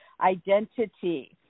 identity